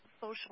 social